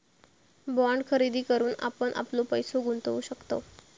bond खरेदी करून आपण आपलो पैसो गुंतवु शकतव